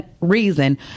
reason